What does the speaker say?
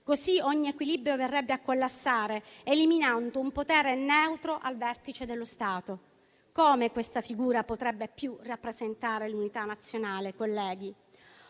così ogni equilibrio verrebbe a collassare, eliminando un potere neutro al vertice dello Stato. Come questa figura potrebbe più rappresentare l'unità nazionale, colleghi?